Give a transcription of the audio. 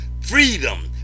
freedom